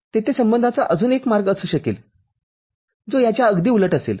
तेथे संबंधाचा अजून एकमार्ग असू शकेल जो याच्या अगदी उलट असेल